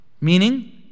Meaning